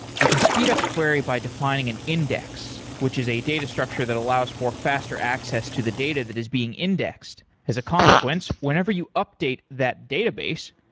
you can speed up a query by defining an index, which is a data structure that allows for faster access to the data that is being indexed. as a consequence, whenever you update that database,